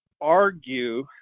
argue